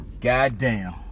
Goddamn